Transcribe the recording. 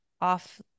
off